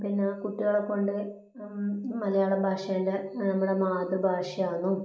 പിന്നെ കുട്ടികളെ കൊണ്ട് മലയാള ഭാഷേൻ്റെ നമ്മുടെ മാതൃഭാഷയാണെന്നും